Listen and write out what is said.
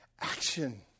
action